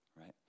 right